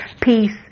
peace